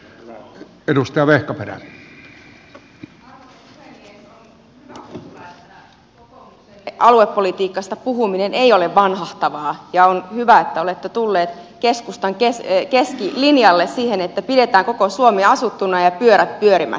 on hyvä kuulla että kokoomukselle aluepolitiikasta puhuminen ei ole vanhahtavaa ja on hyvä että olette tulleet keskustan keskilinjalle siihen että pidetään koko suomi asuttuna ja pyörät pyörimässä